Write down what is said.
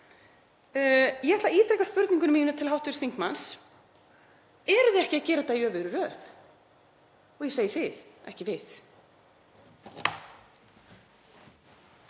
Ég ítreka spurningu mína til hv. þingmanns: Eruð þið ekki að gera þetta í öfugri röð? Og ég segi þið, ekki við.